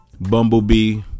Bumblebee